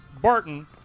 barton